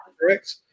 correct